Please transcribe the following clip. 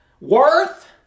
Worth